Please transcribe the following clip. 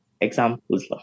examples